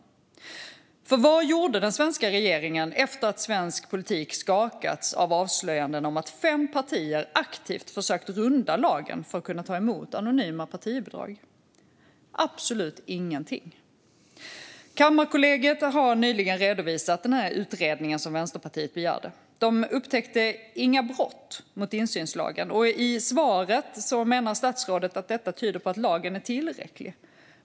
Vad gjorde den svenska regeringen efter att svensk politik skakats av avslöjanden om att fem partier aktivt försökt runda lagen för att kunna ta emot anonyma partibidrag? Absolut ingenting! Kammarkollegiet har nyligen redovisat den utredning som Vänsterpartiet begärde. De upptäckte inga brott mot insynslagen. I interpellationssvaret menar statsrådet att detta tyder på att lagen är tillräcklig.